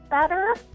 better